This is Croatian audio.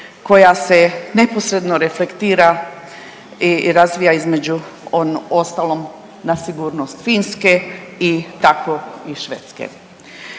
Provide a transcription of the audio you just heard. koja se neposredno reflektira i razvija između ostalom na sigurnost Finske i tako i Švedske.